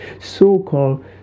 so-called